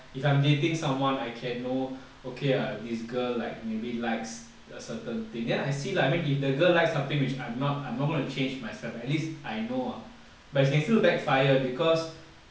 if I'm dating someone I can know okay ah this girl like maybe likes a certain thing then I see like I mean if the girl likes something which I'm not I'm not going to change myself but at least I know ah but it can still backfire because